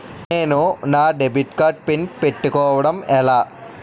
నేను నా debit card pin పెట్టుకోవడం ఎలా?